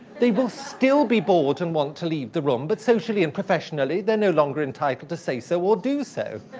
they will still be bored and want to leave the room, but socially and professionally, they're no longer entitled to say so or do so.